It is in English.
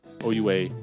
OUA